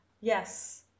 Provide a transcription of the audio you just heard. Yes